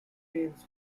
tales